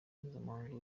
mpuzamahanga